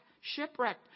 shipwreck